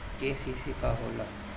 KCC का होला?